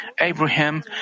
Abraham